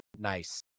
nice